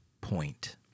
point